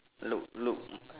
look look